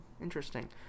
Interesting